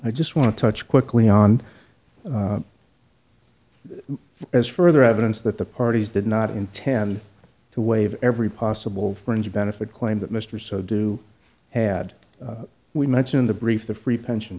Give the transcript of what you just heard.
i just want to touch quickly on this as further evidence that the parties did not intend to waive every possible fringe benefit claim that mr so do had we mention in the brief the free pension